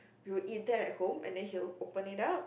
we'll eat that at home and then he'll open it up